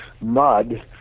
mud